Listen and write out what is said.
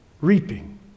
reaping